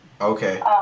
okay